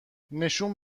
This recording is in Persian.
نشون